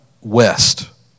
west